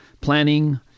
planning